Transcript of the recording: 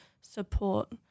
support